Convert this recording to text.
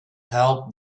help